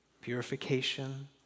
Purification